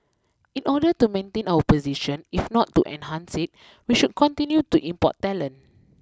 in order to maintain our position if not to enhance it we should continue to import talent